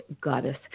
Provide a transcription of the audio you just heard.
goddess